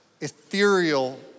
ethereal